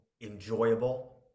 enjoyable